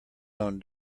own